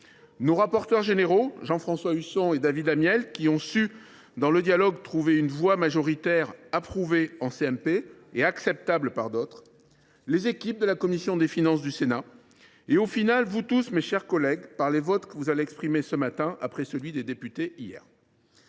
mixte paritaire, Jean François Husson et David Amiel, qui ont su dans le dialogue trouver une voie majoritairement approuvée en commission et acceptable par d’autres ; les équipes de la commission des finances ; et vous tous, mes chers collègues, par les votes que vous allez exprimer ce matin après celui des députés hier.